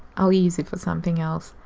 i'll use it for something else.